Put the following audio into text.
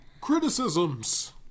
Criticisms